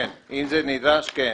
כן, אם זה נדרש, כן.